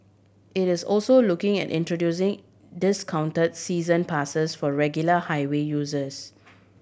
it is also looking at introducing discount season passes for regular highway users